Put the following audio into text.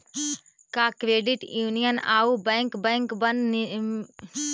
का credit union आउ सब बैंकबन नियन ही काम कर हई?